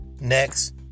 next